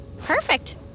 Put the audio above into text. Perfect